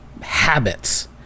habits